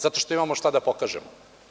Zato što imamo šta da pokažemo.